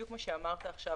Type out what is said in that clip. בדיוק כפי שאמרת עכשיו,